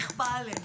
נכפה עלינו.